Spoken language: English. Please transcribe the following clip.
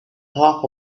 top